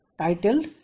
titled